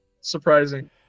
surprising